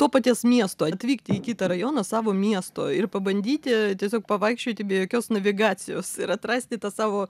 to paties miesto ir atvykti į kitą rajoną savo miesto ir pabandyti tiesiog pavaikščioti be jokios navigacijos ir atrasti tą savo